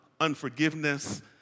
unforgiveness